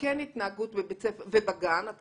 אנחנו